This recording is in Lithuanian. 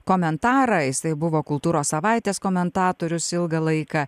komentarą jisai buvo kultūros savaitės komentatorius ilgą laiką